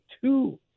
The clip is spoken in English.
two